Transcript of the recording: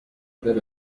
bit